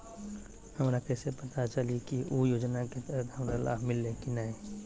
हमरा कैसे पता चली की उ योजना के तहत हमरा लाभ मिल्ले की न?